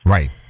Right